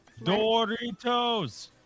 Doritos